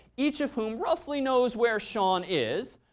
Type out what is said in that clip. each of whom roughly knows where sean is.